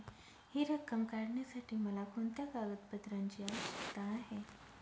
हि रक्कम काढण्यासाठी मला कोणत्या कागदपत्रांची आवश्यकता आहे?